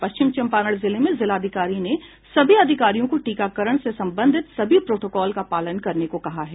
पश्चिम चंपारण जिले में जिलाधिकारी ने सभी अधिकारियों को टीकाकरण से संबंधित सभी प्रोटोकोल का पालन करने को कहा है